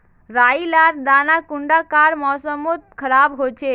राई लार दाना कुंडा कार मौसम मोत खराब होचए?